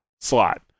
slot